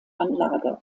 anlage